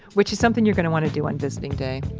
which is something you're gonna want to do on visiting day,